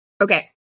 Okay